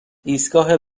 ایستگاه